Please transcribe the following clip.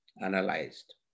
analyzed